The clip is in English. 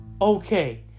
okay